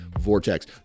vortex